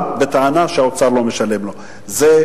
בהגדרה של אזורי עדיפות לאומית לצורכי חינוך.